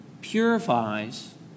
purifies